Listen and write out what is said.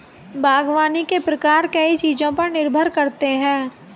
बागवानी के प्रकार कई चीजों पर निर्भर करते है